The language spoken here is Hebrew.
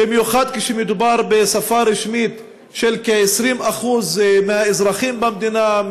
במיוחד כשמדובר בשפה רשמית של כ-20% מהאזרחים במדינה,